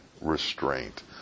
restraint